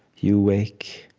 you wake.